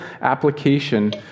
application